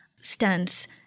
stance